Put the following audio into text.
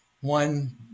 one